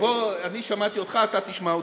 בוא, אני שמעתי אותך, אתה תשמע אותי.